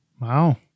Wow